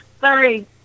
Sorry